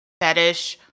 fetish